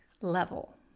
level